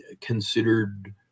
considered